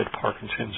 Parkinson's